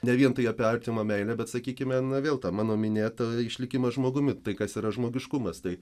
ne vien tai apie artimo meilę bet sakykime na vėl ta mano minėta išlikimas žmogumi tai kas yra žmogiškumas tai